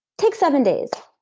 take seven days.